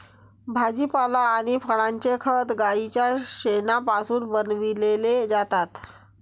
भाजीपाला आणि फळांचे खत गाईच्या शेणापासून बनविलेले जातात